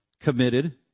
committed